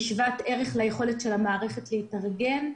שוות-ערך ליכולת של המערכת להתארגן?